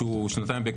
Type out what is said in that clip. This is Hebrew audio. שנתיים,